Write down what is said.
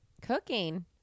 Cooking